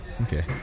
okay